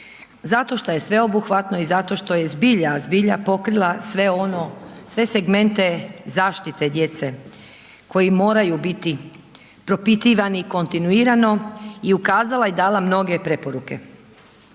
zato što je sveobuhvatno i zato što je zbilja, zbilja pokrila sve ono, sve segmente zaštite djece koji moraju biti propitivani kontinuirano i ukazala i dala mog preporuke.